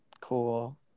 cool